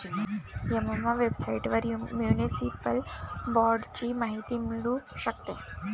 Emma वेबसाइटवर municipal बाँडची माहिती मिळू शकते